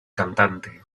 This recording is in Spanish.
cantante